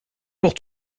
pour